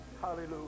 hallelujah